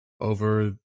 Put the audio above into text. over